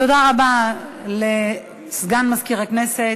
תודה רבה לסגן מזכיר הכנסת.